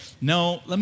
No